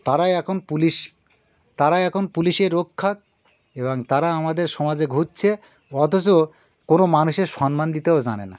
তারাই এখন পুলিশ তারা এখন পুলিশের রক্ষা এবং তারা আমাদের সমাজে ঘুরছে অথচ কোনো মানুষের সম্মান দিতেও জানে না